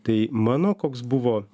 tai mano koks buvo